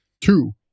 Two